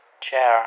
chair